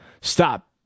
stop